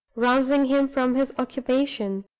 rousing him from his occupation.